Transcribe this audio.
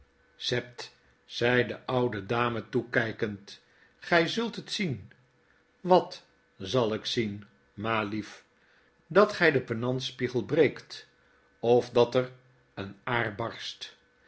sept zegt de oude dame toe kflkende gfl zult het zien wat zal ik zien ma lief dat gij den penantspiegel breekt of dat er een aar barst